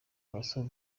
abasaba